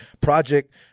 project